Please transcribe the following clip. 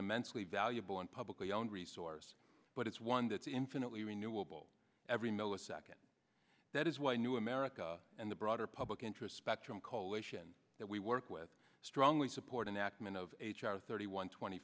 the mentally valuable on publicly owned resource but it's one that's infinitely renewable every millisecond that is why new america and the broader public interest spectrum coalition that we work with strongly support in ackman of h r thirty one twenty